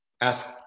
ask